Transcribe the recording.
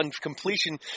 completion